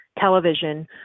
television